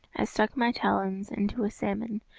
i stuck my talons into a salmon,